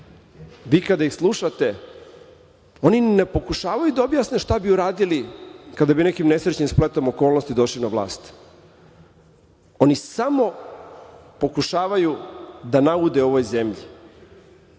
kada ih slušate oni ne pokušavaju da objasne šta bi uradili kada bi nekim nesrećnim spletom okolnosti došli na vlast, oni samo pokušavaju da naude ovoj zemlji.